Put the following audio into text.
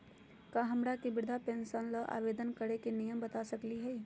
का हमरा के वृद्धा पेंसन ल आवेदन करे के नियम बता सकली हई?